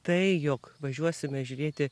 tai jog važiuosime žiūrėti